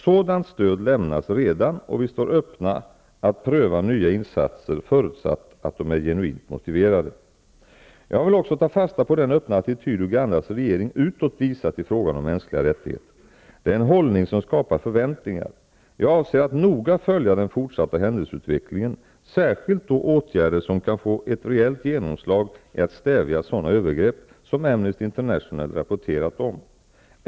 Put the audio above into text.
Sådant stöd lämnas redan, och vi står öppna att pröva nya insatser förutsatt att de är genuint motiverade. Jag vill också ta fasta på den öppna attityd Ugandas regering utåt visat i frågan om mänskliga rättigheter. Det är en hållning som skapar förväntningar. Jag avser att noga följa den fortsatta händelseutvecklingen, särskilt då åtgärder som kan få ett reellt genomslag när det gäller att stävja sådana övergrepp som Amnesty International rapporterat om.